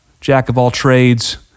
jack-of-all-trades